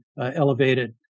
elevated